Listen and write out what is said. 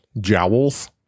Jowls